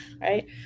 right